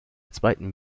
zweiten